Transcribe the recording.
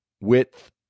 width